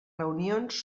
reunions